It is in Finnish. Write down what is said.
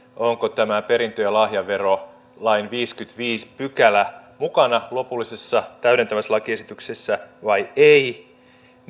onko tämä perintö ja lahjaverolain viideskymmenesviides pykälä mukana lopullisessa täydentävässä lakiesityksessä vai ei